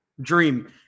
Dream